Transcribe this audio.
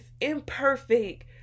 imperfect